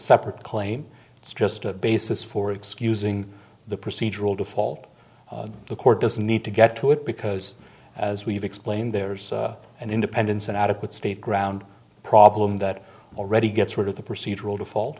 separate claim it's just a basis for excusing the procedural default the court doesn't need to get to it because as we've explained there's an independence and adequate state ground problem that already gets rid of the procedural default